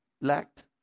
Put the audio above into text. lacked